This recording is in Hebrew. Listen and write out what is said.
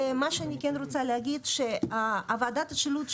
מה שאני כן רוצה להגיד שוועדת השילוט,